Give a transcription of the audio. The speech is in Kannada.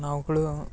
ನಾವುಗಳು